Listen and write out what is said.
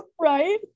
Right